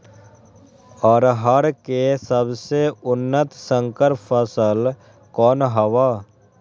अरहर के सबसे उन्नत संकर फसल कौन हव?